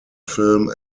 film